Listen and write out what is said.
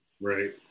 Right